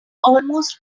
almost